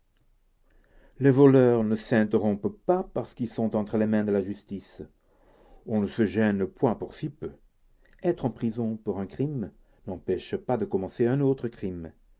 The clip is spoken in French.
les voleurs ne s'interrompent pas parce qu'ils sont entre les mains de la justice on ne se gêne point pour si peu être en prison pour un crime n'empêche pas de commencer un autre crime